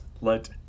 let